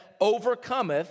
overcometh